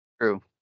True